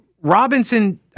Robinson